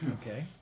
Okay